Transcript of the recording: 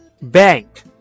Bank